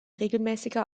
regelmäßiger